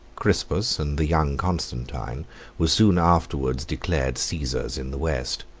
crispus and the young constantine were soon afterwards declared caesars in the west,